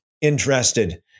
interested